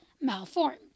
malformed